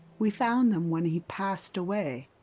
we found them when he passed away.